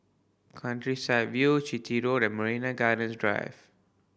Countryside View Chitty Road and Marina Gardens Drive